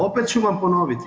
Opet ću vam ponoviti.